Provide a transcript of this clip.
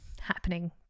happening